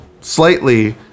Slightly